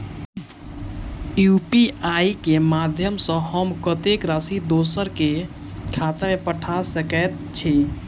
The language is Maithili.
यु.पी.आई केँ माध्यम सँ हम कत्तेक राशि दोसर केँ खाता मे पठा सकैत छी?